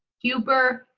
huber.